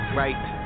right